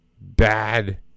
bad